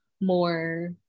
more